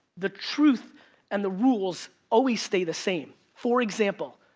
the truth and the rules always stay the same. for example,